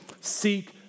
seek